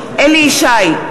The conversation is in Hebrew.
בעד אליהו ישי,